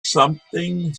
something